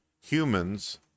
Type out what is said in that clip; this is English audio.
humans